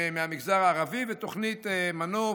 הן מהמגזר הערבי, תוכנית מנוף,